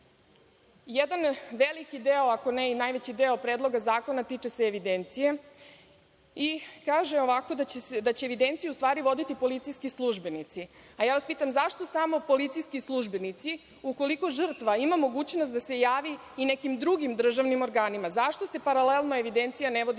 veliki deo, ako ne i najveći deo Predloga zakona, tiče se evidencije i kaže da će evidenciju u stvari voditi policijski službenici, a ja vas pitam - zašto samo policijski službenici, ukoliko žrtva ima mogućnost da se javi i nekim drugim državnim organima? Zašto se paralelno evidencija ne vodi,